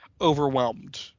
overwhelmed